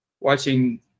watching